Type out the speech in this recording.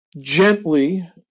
gently